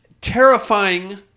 Terrifying